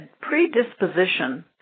predisposition